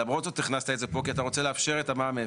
למרות זאת הכנסת את זה פה כי אתה רוצה לאפשר את המע"מ אפס,